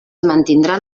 mantindran